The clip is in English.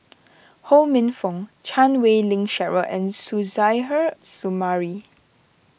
Ho Minfong Chan Wei Ling Cheryl and Suzairhe Sumari